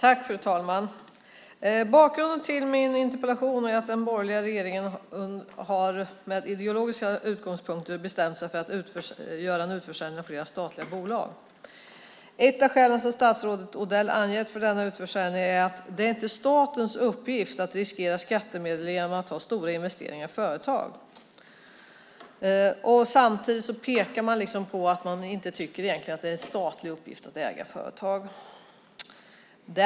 Fru talman! Bakgrunden till min interpellation är att den borgerliga regeringen med ideologiska utgångspunkter har bestämt sig för att göra en utförsäljning av flera statliga bolag. Ett av skälen som statsrådet Odell har angett för denna utförsäljning är att det inte är statens uppgift att riskera skattemedel genom att ha stora investeringar i företag. Samtidigt pekar man på att man inte tycker att det är en statlig uppgift att äga företag.